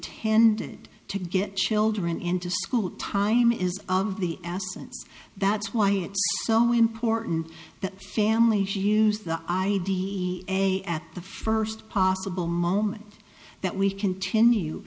intended to get children into school time is of the essence that's why it's so important that family she use the id a at the first possible moment that we continue